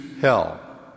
hell